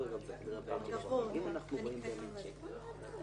עבירות כמו סחיטה באיומים,